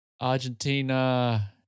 Argentina